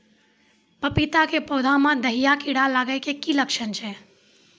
पपीता के पौधा मे दहिया कीड़ा लागे के की लक्छण छै?